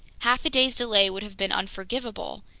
half a day's delay would have been unforgivable!